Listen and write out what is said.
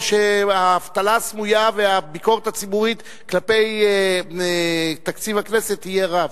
והאבטלה הסמויה והביקורת הציבורית כלפי תקציב הכנסת יהיו רבות.